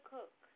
Cook